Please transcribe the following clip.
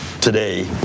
today